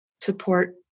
support